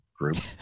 group